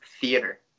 theater